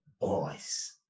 boys